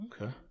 Okay